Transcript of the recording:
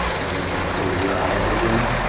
you can close your eyes again